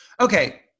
okay